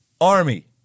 Army